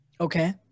Okay